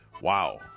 Wow